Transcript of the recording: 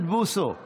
בוסו;